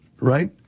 right